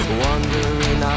wondering